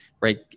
right